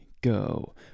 Go